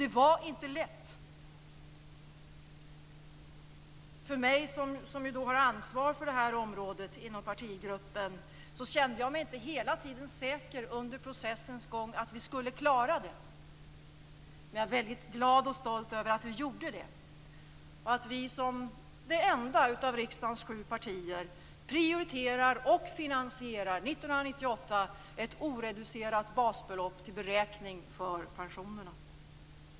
Det var inte lätt. Jag, som har ansvar för det här området inom partigruppen, kände mig inte hela tiden under processens gång säker på att vi skulle klara det. Men jag är väldigt glad och stolt över att vi gjorde det. Som det enda av riksdagens sju partier prioriterar och finansierar vi 1998 ett oreducerat basbelopp för beräkning av pensionerna.